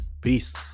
Peace